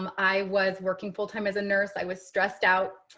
um i was working full time as a nurse. i was stressed out.